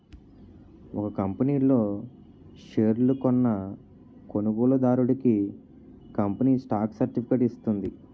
ఒక కంపనీ లో షేర్లు కొన్న కొనుగోలుదారుడికి కంపెనీ స్టాక్ సర్టిఫికేట్ ఇస్తుంది